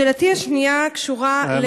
שאלתי השנייה קשורה להרחבת בז"ן,